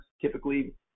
typically